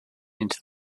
into